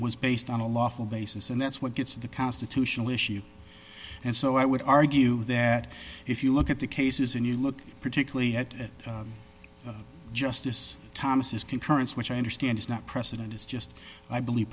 was based on a lawful basis and that's what gets the constitutional issue and so i would argue that if you look at the cases and you look particularly at justice thomas concurrence which i understand is not precedent is just i believe